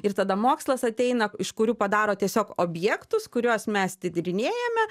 ir tada mokslas ateina iš kurių padaro tiesiog objektus kuriuos mes tyrinėjame